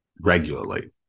regularly